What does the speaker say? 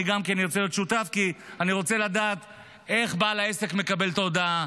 אני גם ארצה להיות שותף כי אני רוצה לדעת איך בעל העסק מקבל את ההודעה.